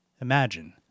imagine